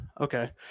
Okay